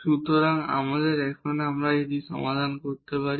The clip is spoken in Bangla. সুতরাং এখন আমরা এটি সমাধান করতে পারি